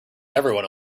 everyone